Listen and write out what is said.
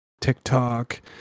TikTok